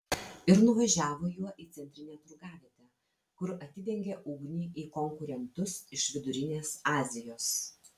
ir nuvažiavo juo į centrinę turgavietę kur atidengė ugnį į konkurentus iš vidurinės azijos